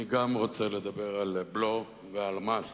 גם אני רוצה לדבר על בלו ועל מס.